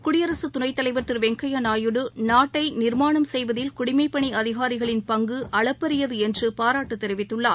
குடியரசு துணைத்தலைவர் திரு வெங்கையா நாயுடு நாட்டை நிர்மாணம் செய்வதில் குடிமைப் பணி அதிகாரிகளின் பங்கு அளப்பறியது என்று பாராட்டு தெரிவித்துள்ளார்